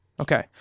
Okay